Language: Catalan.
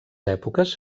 èpoques